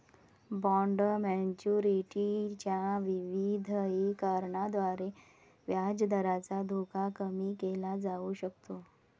bond maturity च्या विविधीकरणाद्वारे व्याजदराचा धोका कमी केला जाऊ शकतो